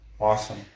awesome